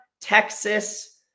Texas